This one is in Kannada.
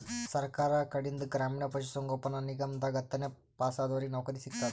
ಸರ್ಕಾರ್ ಕಡೀನ್ದ್ ಗ್ರಾಮೀಣ್ ಪಶುಸಂಗೋಪನಾ ನಿಗಮದಾಗ್ ಹತ್ತನೇ ಪಾಸಾದವ್ರಿಗ್ ನೌಕರಿ ಸಿಗ್ತದ್